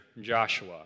Joshua